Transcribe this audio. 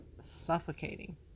suffocating